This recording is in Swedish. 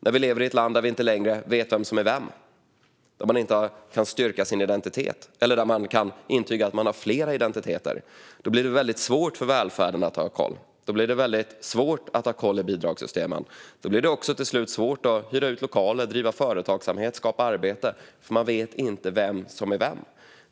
När vi lever i ett land där vi inte längre vet vem som är vem, där man inte kan styrka sin identitet eller där man kan intyga att man har flera identiteter, blir det svårt för välfärden att ha koll. Då blir det svårt att ha koll på bidragssystemen. Då blir det till slut svårt att hyra ut lokaler, driva företag och skapa arbeten, för man vet inte vem som är vem.